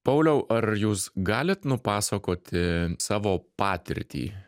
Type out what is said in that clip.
pauliau ar jūs galit nupasakoti savo patirtį